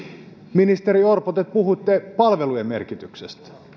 ministeri orpo te puhuitte palvelujen merkityksestä